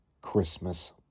Christmas